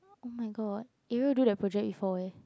oh my god Arial do that project before eh